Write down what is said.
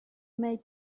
may